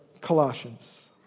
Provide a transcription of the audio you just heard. Colossians